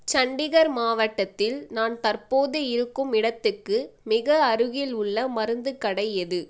சண்டிகர் மாவட்டத்தில் நான் தற்போது இருக்கும் இடத்துக்கு மிக அருகிலுள்ள மருந்துக் கடை எது